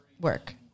Work